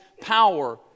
power